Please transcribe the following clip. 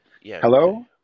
Hello